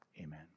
Amen